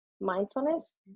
mindfulness